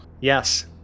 Yes